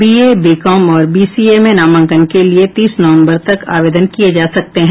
BA BCom और BCA में नामांकन के लिये तीस नवंबर तक आवेदन किये जा सकते हैं